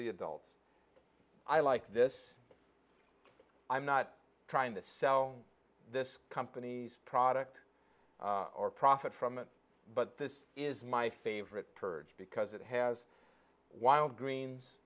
the adults i like this i'm not trying to sell this company's product or profit from it but this is my favorite purge because it has while greens